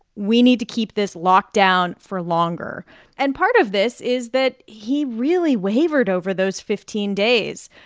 we need to keep this locked down for longer and part of this is that he really wavered over those fifteen days,